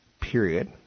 period